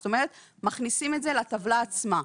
זאת אומרת, מכניסים את זה לטבלה עצמה.